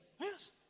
Yes